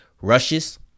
rushes